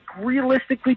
realistically